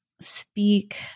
speak